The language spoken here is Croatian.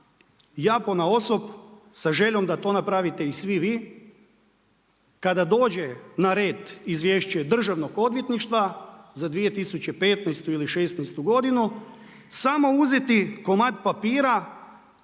ja ponaosob sa željom da to napravite i svi vi kada dođe na red izvješće Državnog odvjetništva za 2015. ili 2016. godinu samo uzeti komad papira